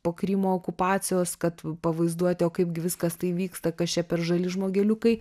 po krymo okupacijos kad pavaizduoti o kaip gi viskas tai vyksta kas čia per žali žmogeliukai